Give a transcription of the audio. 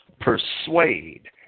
persuade